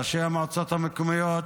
ראשי הרשויות